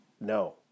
No